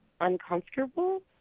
uncomfortable